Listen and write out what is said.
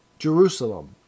Jerusalem